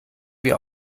wir